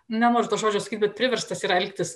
nenoriu to žodžio sakt bet priverstas ra elgtis